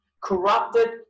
corrupted